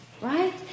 Right